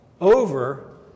over